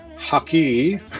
Hockey